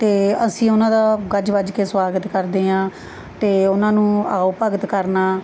ਅਤੇ ਅਸੀਂ ਉਹਨਾਂ ਦਾ ਗੱਜ ਵੱਜ ਕੇ ਸਵਾਗਤ ਕਰਦੇ ਹਾਂ ਅਤੇ ਉਹਨਾਂ ਨੂੰ ਆਓ ਭਗਤ ਕਰਨਾ